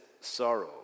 sorrow